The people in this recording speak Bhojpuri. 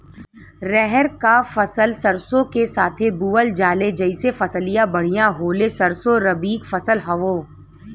रहर क फसल सरसो के साथे बुवल जाले जैसे फसलिया बढ़िया होले सरसो रबीक फसल हवौ